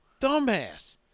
dumbass